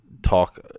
talk